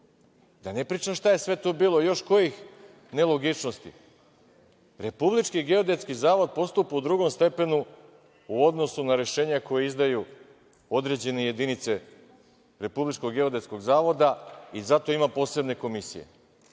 ne pričam šta je sve to bilo, još kojih nelogičnosti. Republički geodetski zavod postupa u drugom stepenu u odnosu na rešenja koja izdaju određene jedinice Republičkog geodetskog zavoda i zato ima posebne komisije.